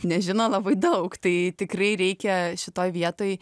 nežino labai daug tai tikrai reikia šitoj vietoj